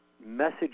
message